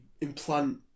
implant